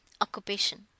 occupation